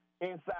inside